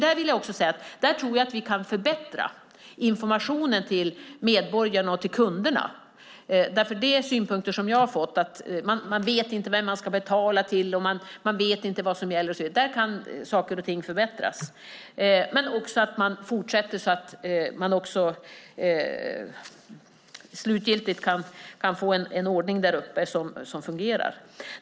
Där tror jag att vi kan förbättra informationen till medborgarna och till kunderna. Synpunkter som jag har fått är att man inte vet vem man ska betala till och inte vet vad som gäller. Där kan saker och ting förbättras. Men det måste också fortsätta så att man slutgiltigt kan få en ordning där uppe som fungerar.